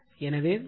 எனவே 0 r